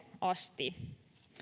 asti